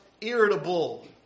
irritable